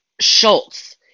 schultz